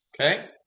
Okay